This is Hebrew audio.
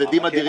הפסדים אדירים.